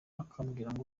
akambwira